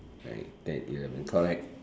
nine ten eleven correct